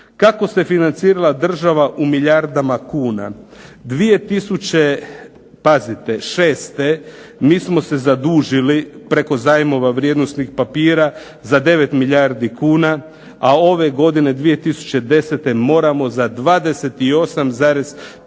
Kako se financirala država u milijardama kuna. Dvije tisuće pazite šeste mi smo se zadužili preko zajmova vrijednosnih papira za 9 milijardi kuna, a ove godine 2010. moramo za 28,5